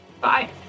Bye